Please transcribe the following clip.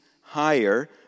higher